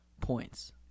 points